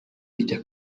bijya